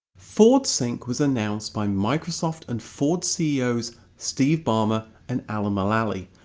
ford sync was announced by microsoft and ford ceo's steve ballmer and alan mulally,